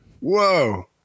Whoa